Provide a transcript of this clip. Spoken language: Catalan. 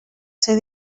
ser